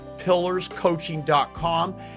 pillarscoaching.com